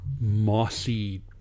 mossy